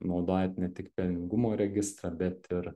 naudojant ne tik pelningumo registrą bet ir